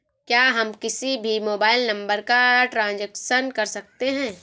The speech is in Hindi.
क्या हम किसी भी मोबाइल नंबर का ट्रांजेक्शन कर सकते हैं?